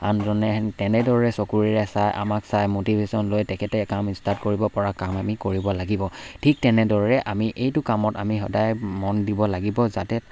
আনজনে তেনেদৰে চকুৰে চাই আমাক চাই ম'টিভেশ্যন লৈ তেখেতে কাম ষ্টাৰ্ট কৰিব পৰা কাম আমি কৰিব লাগিব ঠিক তেনেদৰে আমি এইটো কামত আমি সদায় মন দিব লাগিব যাতে